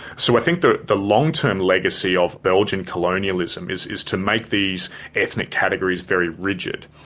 so i think the the long term legacy of belgian colonialism is is to make these ethnic categories very rigid.